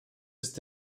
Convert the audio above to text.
ist